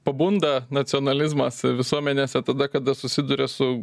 pabunda nacionalizmas visuomenėse tada kada susiduria su